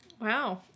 Wow